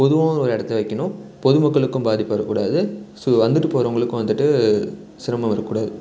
பொதுவான ஒரு இடத்துல வைக்கணும் பொதுமக்களுக்கும் பாதிப்பு வரக்கூடாது ஸோ வந்துட்டு போகிறவங்களுக்கும் வந்துட்டு சிரமம் வரக்கூடாது